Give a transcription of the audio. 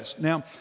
Now